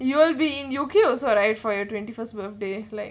you will be in U_K also right for your twenty first birthday like